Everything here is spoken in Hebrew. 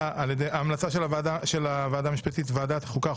ההמלצה של הלשכה המשפטית היא ועדת החוקה,